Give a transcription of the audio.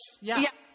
yes